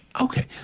Okay